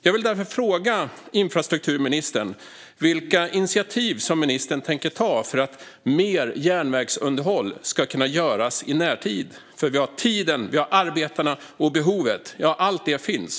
Jag vill därför fråga infrastrukturministern vilka initiativ han tänker ta för att mer järnvägsunderhåll ska kunna göras i närtid. Vi har tiden, vi har arbetarna och behovet finns.